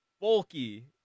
bulky